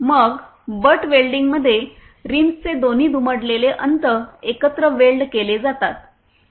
मग बट वेल्डिंगमध्ये रीम्सचे दोन्ही दुमडलेले अंत एकत्र वेल्ड केले जातात